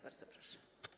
Bardzo proszę.